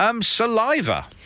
saliva